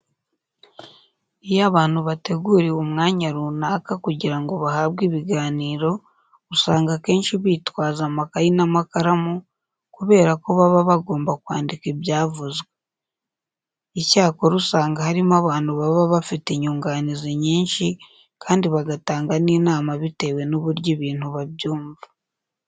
Iyo abantu bateguriwe umwanya runaka kugira ngo bahabwe ibiganiro usanga akenshi bitwaza amakayi n'amakaramu kubera ko baba bagomba kwandika ibyavuzwe. Icyakora usanga harimo abantu baba bafite inyunganizi nyinshi kandi bagatanga n'inama bitewe n'uburyo ibintu babyumva.